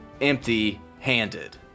empty-handed